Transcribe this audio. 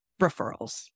referrals